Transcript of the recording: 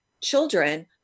children